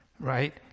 Right